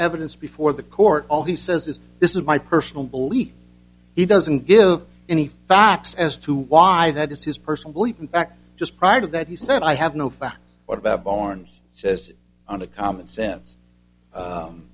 evidence before the court all he says is this is my personal belief he doesn't give any facts as to why that is his personal belief in fact just prior to that he said i have no facts what about barnes says on a common sense